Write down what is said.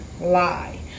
lie